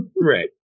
Right